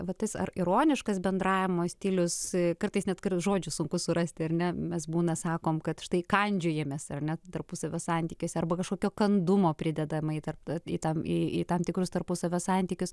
vat tas ar ironiškas bendravimo stilius kartais net žodžių sunku surasti ir ne mes būna sakom kad štai kandžiojamės ar net tarpusavio santykiais arba kažkokio kandumo pridedamąjį į tam į tam tikrus tarpusavio santykius